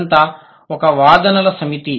ఇదంతా ఒక వాదనల సమితి